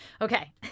okay